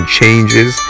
changes